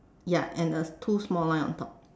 ya and a two small line on top